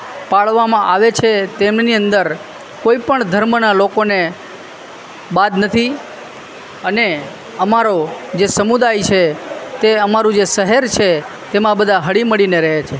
પાળવામાં આવે છે તેમની અંદર કોઈ પણ ધર્મના લોકોને બાદ નથી અને અમારો જે સમુદાય છે તે અમારું જે શહેર છે તેમાં બધા હળીમળીને રહે છે